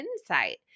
insight